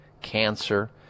cancer